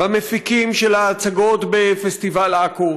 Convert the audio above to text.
במפיקים של ההצגות בפסטיבל עכו,